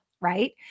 Right